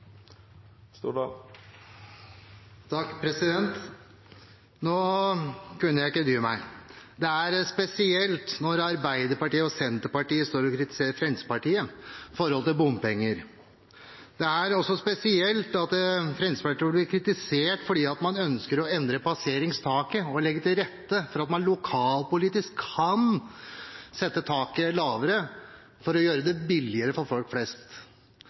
Senterpartiet står og kritiserer Fremskrittspartiet når det gjelder bompenger. Det er også spesielt at Fremskrittspartiet blir kritisert fordi man ønsker å endre passeringstaket og legge til rette for at man lokalpolitisk kan sette taket lavere for å gjøre det billigere for folk flest.